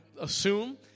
assume